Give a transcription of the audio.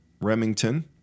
Remington